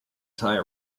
thai